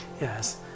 Yes